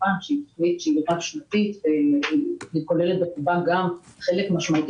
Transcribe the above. שהיא רב-שנתית וכוללת בחובה גם חלק משמעותי